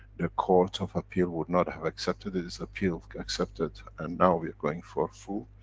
the court of appeal would not have accepted it, it's appealed, accepted and now we are going for full.